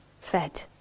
fed